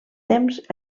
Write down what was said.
temps